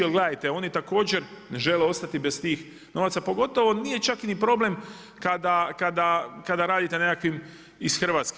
Jer gledajte, oni također ne žele ostati bez tih novaca pogotovo nije čak ni problem kada radite nekakvim iz Hrvatske.